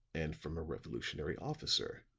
and from a revolutionary officer.